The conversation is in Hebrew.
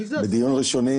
מי זה השר?